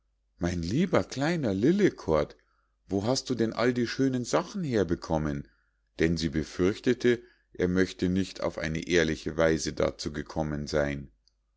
mein lieber kleiner lillekort wo hast du denn all die schönen sachen herbekommen denn sie befürchtete er möchte nicht auf eine ehrliche weise dazu gekommen sein